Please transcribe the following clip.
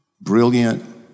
brilliant